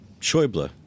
Schäuble